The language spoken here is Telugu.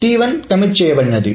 కమిట్ T1 T1 కమిట్ చేయబడింది